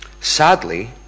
Sadly